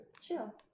Chill